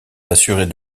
d’assurer